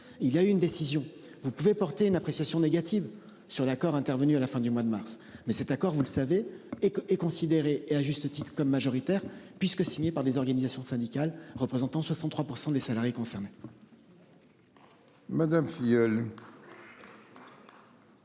il y a eu une décision, vous pouvez porter une appréciation négative sur l'accord intervenu à la fin du mois de mars. Mais cet accord, vous le savez et que, et considéré et à juste titre comme majoritaire puisque signé par des organisations syndicales représentant 63% des salariés concernés. Madame Filleul.